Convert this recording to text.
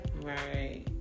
Right